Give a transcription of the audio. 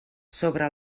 sobre